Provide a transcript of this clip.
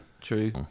True